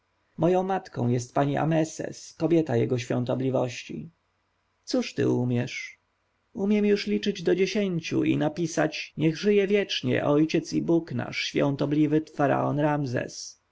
moją matką jest pani ameces kobieta jego świątobliwości cóż ty umiesz umiem już liczyć do dziesięciu i napisać niech żyje wiecznie ojciec i bóg nasz świątobliwy faraon ramzes